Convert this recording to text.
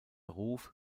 ruf